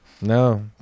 No